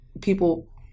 people